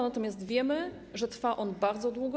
Natomiast wiemy, że trwa on bardzo długo.